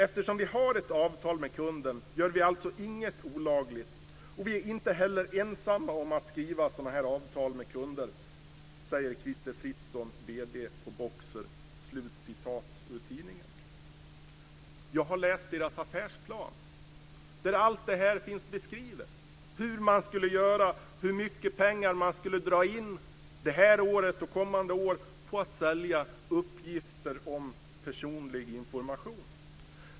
Eftersom vi har ett avtal med kunden gör vi alltså inget olagligt. Och vi är inte heller ensamma om att skriva sådana här avtal med kunder." Jag har läst deras affärsplan, där allt det här finns beskrivet, hur man skulle göra, hur mycket pengar man skulle dra in det här året och kommande år på att sälja uppgifter om personlig information.